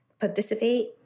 participate